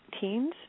teens